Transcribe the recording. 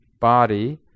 body